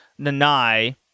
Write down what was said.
Nanai